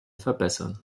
verbessern